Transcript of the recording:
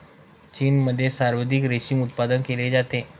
चीनमध्ये सर्वाधिक रेशीम उत्पादन केले जाते